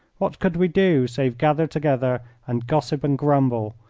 what could we do save gather together and gossip and grumble,